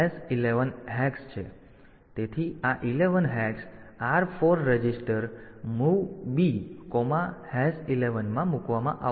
તેથી આ 11 hex R4 register MOV B11 માં મૂકવામાં આવશે